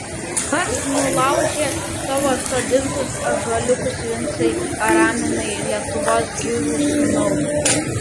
kas nulaužė tavo sodintus ąžuoliukus vincai araminai lietuvos girių sūnau